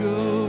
go